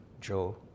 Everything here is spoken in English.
Joe